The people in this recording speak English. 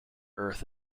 earth